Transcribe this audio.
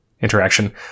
interaction